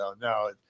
No